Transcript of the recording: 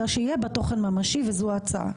אלא שיהיה בה תוכן ממשי וזו ההצעה.